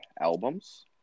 albums